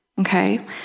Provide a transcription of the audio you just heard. okay